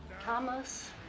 Thomas